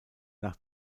nach